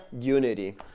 unity